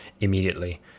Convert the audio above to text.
immediately